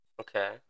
Okay